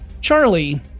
Charlie